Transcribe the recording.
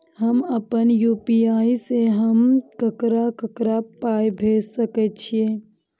हम आपन यू.पी.आई से हम ककरा ककरा पाय भेज सकै छीयै?